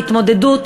להתמודדות,